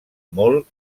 molt